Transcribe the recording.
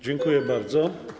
Dziękuję bardzo.